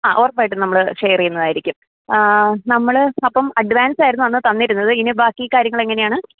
ആ ഉറപ്പായിട്ടും നമ്മൾ ഷെയർ ചെയ്യുന്നതായിരിക്കും നമ്മൾ അപ്പം അഡ്വാൻസ് ആയിരുന്നു അന്ന് തന്നിരുന്നു ഇനി ബാക്കി കാര്യങ്ങൾ എങ്ങനെ ആണ്